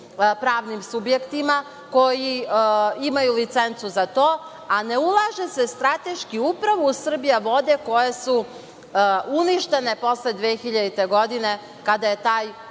pravnim subjektima koji imaju licencu za to, a ne ulaže se strateški upravo u „Srbijavode“ koje su uništene posle 2000. godine kada je taj